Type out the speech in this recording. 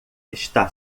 está